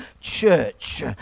church